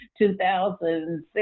2006